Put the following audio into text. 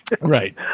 Right